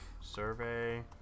survey